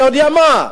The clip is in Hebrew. אתה יודע מה?